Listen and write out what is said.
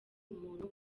umuntu